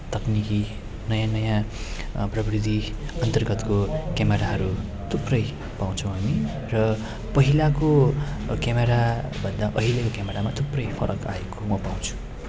तक्निकी नयाँ नयाँ प्रविधि अन्तर्गतको क्यामराहरू थुप्रै पाउँछौँ हामी र पहिलाको क्यामराभन्दा अहिलेको क्यामरामा थुप्रै फरक आएको म पाउँछु